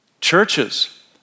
Churches